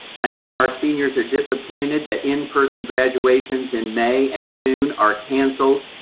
i know our seniors are disappointed that in-person graduations in may and june are canceled,